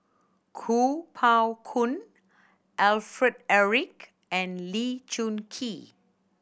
Kuo Pao Kun Alfred Eric and Lee Choon Kee